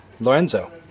Lorenzo